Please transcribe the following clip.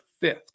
fifth